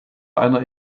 einer